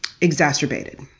exacerbated